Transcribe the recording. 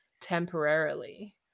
temporarily